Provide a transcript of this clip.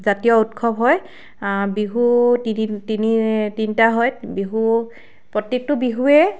জাতীয় উৎসৱ হয় বিহু তিনি তিনি তিনিটা বিহু প্ৰত্যেকটো বিহুৱে